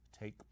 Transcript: take